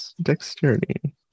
dexterity